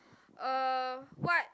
uh what